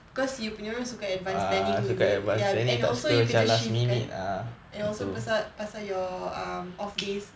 cause you punya orang suka advance planning is it ya and also you kerja shift kan and also pasal your um off days